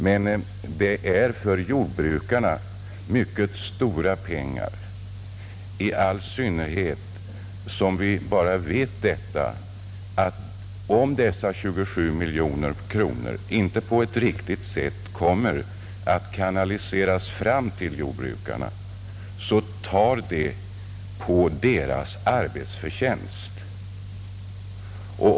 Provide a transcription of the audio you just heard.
Men det är för jordbrukarna mycket stora pengar, i all synnerhet som vi vet att om dessa 27 miljoner kronor inte på ett riktigt sätt kanaliseras fram till jordbrukarna, så tas pengarna från deras arbetsersättning.